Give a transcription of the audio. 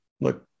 Look